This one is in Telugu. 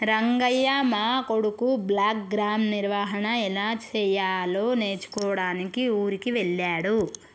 రంగయ్య మా కొడుకు బ్లాక్గ్రామ్ నిర్వహన ఎలా సెయ్యాలో నేర్చుకోడానికి ఊరికి వెళ్ళాడు